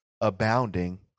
abounding